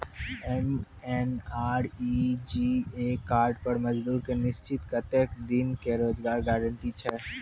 MNREGA card पर मजदुर के निश्चित कत्तेक दिन के रोजगार गारंटी छै?